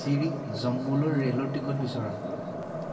চিৰি জম্মুলৈ ৰে'লৰ টিকট বিচৰা